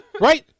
right